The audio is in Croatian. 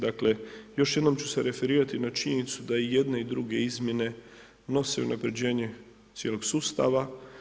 Dakle, još jednom ću se referirati na činjenicu, da i jedne i druge izmjene nose unapređenje cijelog sustava.